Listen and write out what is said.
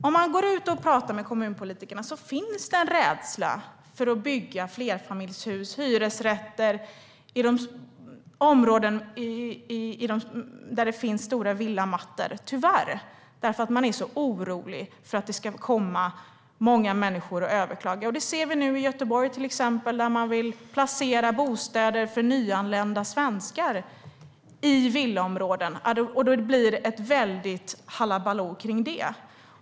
Om man går ut och pratar med kommunpolitikerna ser man att det tyvärr finns en rädsla för att bygga flerfamiljshus och hyresrätter i områden där det finns stora villamattor, för kommunerna är oroliga att det ska komma många människor och överklaga. Vi ser nu till exempel i Göteborg, där man vill placera bostäder för nyanlända svenskar i villaområden, att det blir ett väldigt hallaballo kring det.